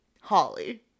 Holly